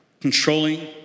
controlling